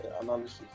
analysis